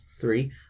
three